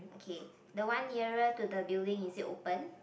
okay the one nearer to the building is it open